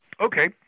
Okay